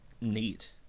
neat